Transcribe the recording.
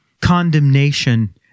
condemnation